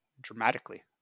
dramatically